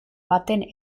baten